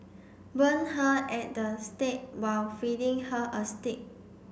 burn her at the stake while feeding her a steak